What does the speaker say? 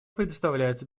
предоставляется